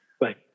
Right